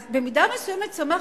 אז במידה מסוימת שמחתי,